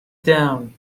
down